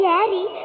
Daddy